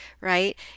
right